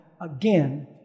again